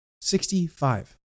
Sixty-five